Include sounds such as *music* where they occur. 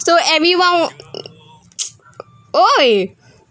so everyone *noise* !oi!